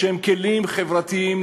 שהם כלים חברתיים,